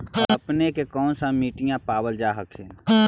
अपने के कौन सा मिट्टीया पाबल जा हखिन?